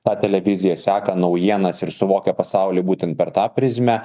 tą televiziją seka naujienas ir suvokia pasaulį būtent per tą prizmę